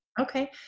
Okay